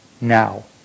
now